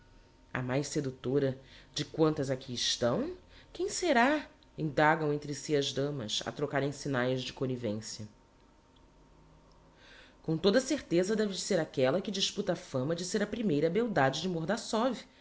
a mais seductora de quantas aqui estão quem será indagam entre si as damas a trocarem signaes de connivencia com toda a certeza que deve de ser aquella que disputa a fama de ser a primeira beldade de